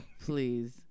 Please